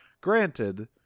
granted